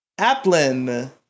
Applin